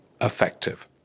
effective